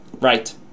right